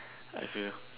I swear